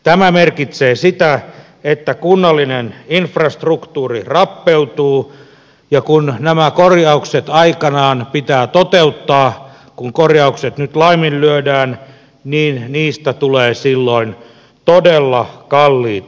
tämä merkitsee sitä että kunnallinen infrastruktuuri rappeutuu ja kun nämä korjaukset aikanaan pitää toteuttaa kun korjaukset nyt laiminlyödään niin niistä tulee silloin todella kalliita